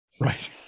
Right